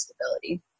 stability